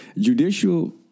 judicial